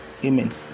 Amen